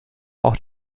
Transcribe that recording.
auch